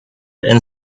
and